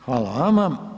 Hvala vama.